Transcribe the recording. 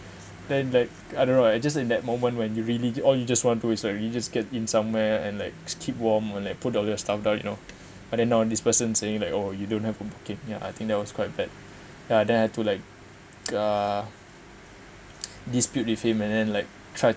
then like I don't know I just in that moment when you really all you just want to is really like you just get in somewhere and like keep warm and like put down all your stuff down you know but then now this person saying like oh you don't have a booking ya I think that was quite bad ya then I had to like uh dispute with him and then like try